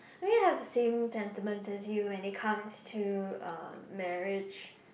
I mean I have the same sentiments as you when it comes to uh marriage